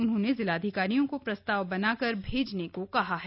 उन्होंने जिलाधिकारियों को प्रस्ताव बनाकर भेजने को कहा है